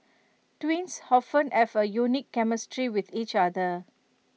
twins often have A unique chemistry with each other